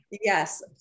yes